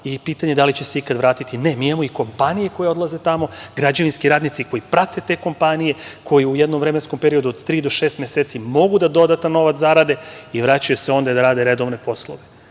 i pitanje je da li će se ikada vratiti, ne, mi imamo i kompanije koje odlaze tamo, građevinski radnici koji prate te kompanije, koji u jednom vremenskom periodu od tri do šest meseci mogu dodatni novac da zarade i vraćaju se onde da rade redovne poslove. Zaista